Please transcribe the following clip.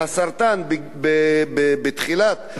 בתחילת התהוותו,